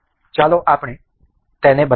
ચાલો આપણે તેને બનાવીએ